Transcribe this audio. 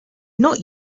not